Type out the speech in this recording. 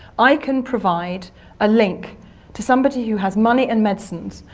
i can provide a link to somebody who has money and medicines,